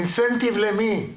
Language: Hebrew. אינסינטיבי למי, הילה.